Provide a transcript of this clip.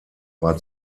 war